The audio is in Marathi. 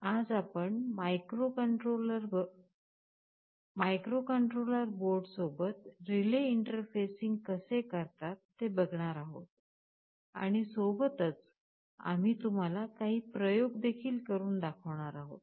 आज आपण मायक्रोकंट्रोलर बोर्ड सोबत रिले इंटरफेसिन्ग कसे करतात ते बघणार आहोत आणि सोबतच आम्ही तुम्हाला काही प्रयोग देखील करून दाखवणार आहोत